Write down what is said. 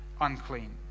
unclean